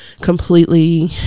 completely